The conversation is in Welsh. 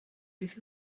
beth